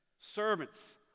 servants